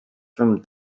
from